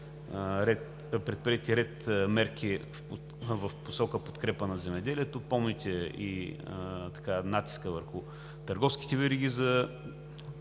предприети ред мерки в посока подкрепа на земеделието. Помните и натиска върху търговските вериги за